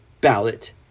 ballot